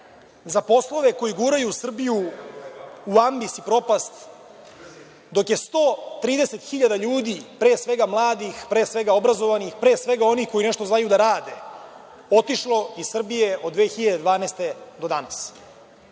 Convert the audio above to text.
za poslove koji guraju Srbiju u ambis i propast dok je 130.000 ljudi, pre svega mladih, pre svega obrazovanih, pre svega onih koji nešto znaju da rade, otišlo iz Srbije od 2012. godine